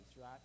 right